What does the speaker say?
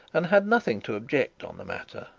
and had nothing to object on the matter.